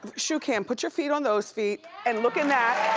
shoe cam, put your feet on those feet. and look in that,